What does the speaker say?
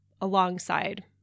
alongside